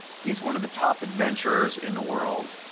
he's one of the top adventurers in the world.